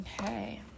Okay